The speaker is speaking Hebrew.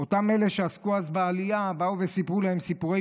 אלה שעסקו אז בעלייה באו וסיפרו להם סיפורי